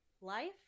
Life